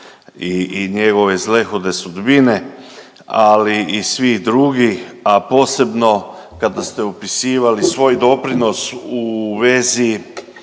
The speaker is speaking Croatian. i njegove zlehude sudbine, ali i svih drugih a posebno kada se opisivali svoj doprinos u vezi